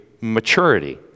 maturity